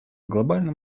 глобальном